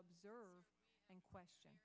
observe and question